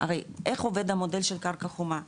הרי איך עובד המודל של קרקע חומה?